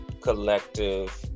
collective